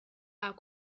are